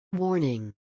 Warning